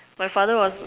my father was